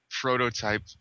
prototype